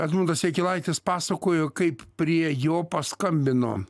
edmundas jakilaitis pasakojo kaip prie jo paskambino